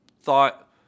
thought